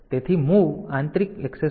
તેથી MOV આંતરિક access માટે છે